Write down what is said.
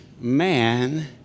man